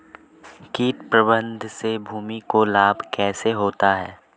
कीट प्रबंधन से भूमि को लाभ कैसे होता है?